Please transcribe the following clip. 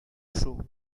show